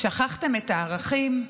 שכחתם את הערכים?